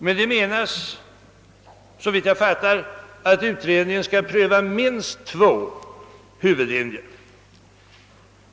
Därmed menas, såvitt jag förstår, att utredningen skall pröva minst två huvudlinjer.